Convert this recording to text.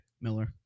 Miller